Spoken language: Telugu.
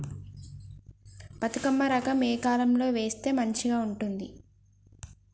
బతుకమ్మ రకం ఏ కాలం లో వేస్తే మంచిగా ఉంటది?